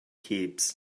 keeps